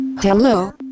Hello